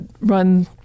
run